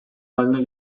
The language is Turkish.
haline